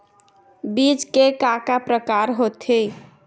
बीज के का का प्रकार होथे?